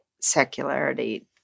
secularity